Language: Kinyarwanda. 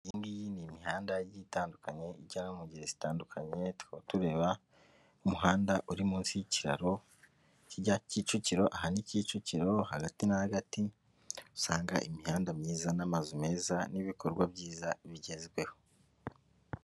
Iyi ngiyi ni imihanda igiye itandukanye ijya mu ngeri zitandukanye, tukaba tureba umuhanda uri munsi y'ikiraro kijya Kicukiro, aha ni Kicukiro hagati na hagati usanga imihanda myiza n'amazu meza n'ibikorwa byiza bigezweho.